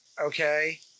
Okay